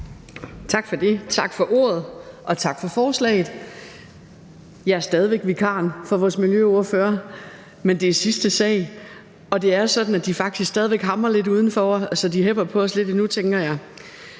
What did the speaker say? Tak for det. Tak for ordet – og tak for forslaget. Jeg er stadig væk vikar for vores miljøordfører, og vi er nået til det sidste punkt, og det er sådan, at de faktisk stadig væk hamrer lidt udenfor, så jeg tænker, at de hepper på os lidt endnu. Venstre